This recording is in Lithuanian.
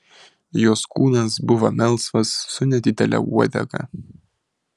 jos kūnas buvo melsvas su nedidele uodega